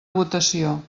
votació